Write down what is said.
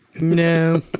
No